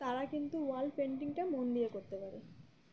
তারা কিন্তু ওয়াল পেন্টিংটা মন দিয়ে করতে পারে